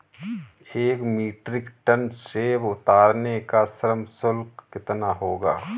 एक metric tonne सेव उतारने का श्रम शुल्क कितना होगा?